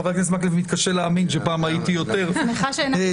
חבר הכנסת מקלב מתקשה להאמין שפעם הייתי יותר לוחמני.